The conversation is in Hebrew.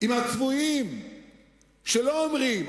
עם הצבועים שלא אומרים.